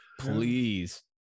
please